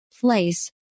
place